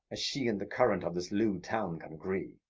as she and the current of this lewd town can agree.